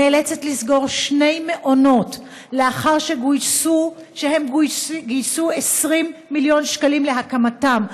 נאלצת לסגור שני מעונות לאחר שהם גייסו 20 מיליון שקלים להקמתם,